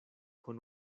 con